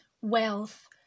wealth